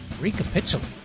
Recapitulate